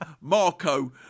Marco